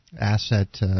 asset